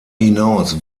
hinaus